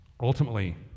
Ultimately